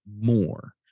more